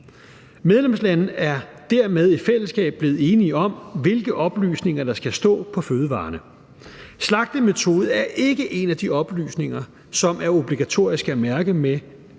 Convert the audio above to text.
Medlemslande er dermed i fællesskab blevet enige om, hvilke oplysninger der skal stå på fødevarerne. Slagtemetode er ikke en af de oplysninger, som er obligatorisk at mærke med.